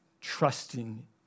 trusting